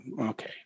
okay